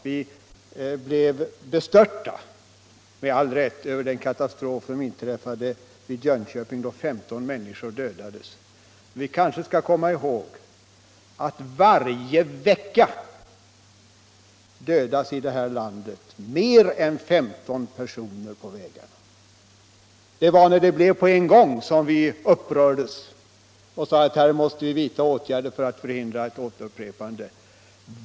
Vi blev med all rätt bestörta över den katastrof där 15 människor dödades i närheten av Jönköping. Men vi skall kanske komma ihåg att det här i landet dödas mer än 15 personer på vägarna varje vecka. Det var när så skedde på en gång som vi upprördes och sade att vi måste vidta åtgärder för att förhindra ett återupprepande.